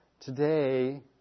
Today